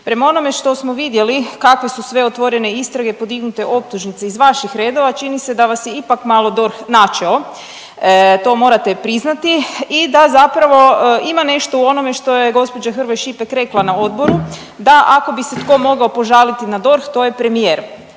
prema onome što smo vidjeli kakve su sve otvorene istrage podignute optužnice iz vaših redova, čini se da vas je ipak malo DORH načeo, to morate priznati i da zapravo ima nešto u onome što je gđa. Hrvoj Šipek rekla na odboru, da ako bi se tko mogao požaliti na DORH, to je premijer,